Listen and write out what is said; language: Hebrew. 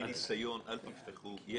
מניסיון, יש